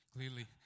Clearly